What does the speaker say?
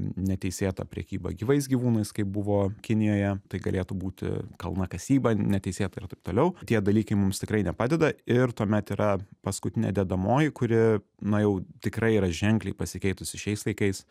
neteisėta prekyba gyvais gyvūnais kaip buvo kinijoje tai galėtų būti kalnakasyba neteisėta ir taip toliau tie dalykai mums tikrai nepadeda ir tuomet yra paskutinė dedamoji kuri na jau tikrai yra ženkliai pasikeitusi šiais laikais